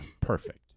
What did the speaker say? perfect